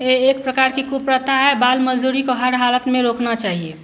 ए एक प्रकार की कुप्रथा है बाल मज़दूरी को हर हालत में रोकना चाहिए